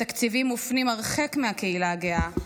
התקציבים מופנים הרחק מהקהילה הגאה,